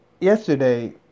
yesterday